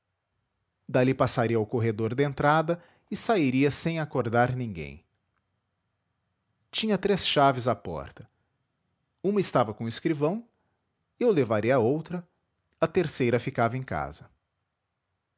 dali passaria ao corredor da entrada e sairia sem acordar ninguém tinha três chaves a porta uma estava com o escrivão eu levaria outra a terceira ficava em casa